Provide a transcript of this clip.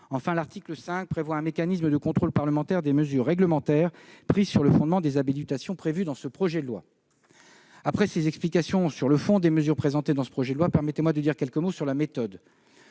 Enfin, l'article 5 vise à prévoir un mécanisme de contrôle parlementaire des mesures réglementaires prises sur le fondement des habilitations prévues dans ce projet de loi. Après ces explications sur le fond des mesures présentées dans ce projet de loi, permettez-moi de dire quelques mots sur la méthode.